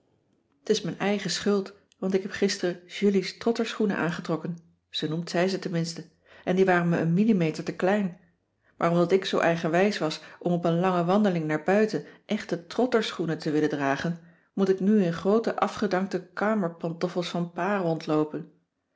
t is mijn eigen schuld want ik heb gisteren julie's trotterschoenen aangetrokken zoo noemt zij ze tenminste en die waren me een milimeter te klein maar omdat ik zoo eigenwijs was om op een lange wandeling naar buiten echte trotterschoenen te willen dragen moet ik nu in groote afgedankte kamerpantoffels van pa rondloopen